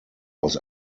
aus